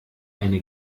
eine